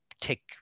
take